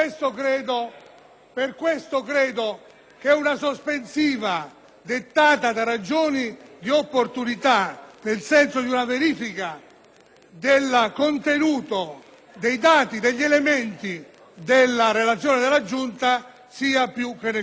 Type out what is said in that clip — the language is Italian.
Per questo credo che una sospensiva, dettata da ragioni di opportunità (nel senso di una verifica del contenuto dei dati e degli elementi della relazione della Giunta), sia più che necessaria.